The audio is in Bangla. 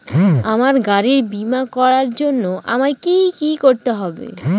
আমার গাড়ির বীমা করার জন্য আমায় কি কী করতে হবে?